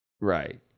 right